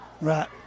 Right